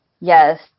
yes